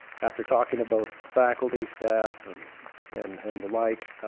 after talking to both faculty, staff, and and and the like,